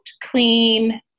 clean